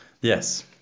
Yes